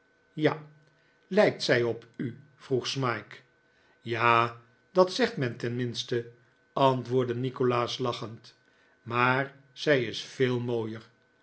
ja lijkt zij op u vroeg smike ja dat zegt men tenminste antwoordde nikolaas lachend maar zij is veel mooier